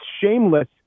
shameless